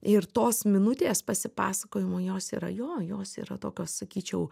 ir tos minutės pasipasakojimo jos yra jo jos yra tokios sakyčiau